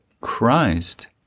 Christ